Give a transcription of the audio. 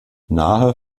nahe